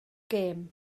gem